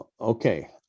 okay